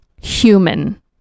human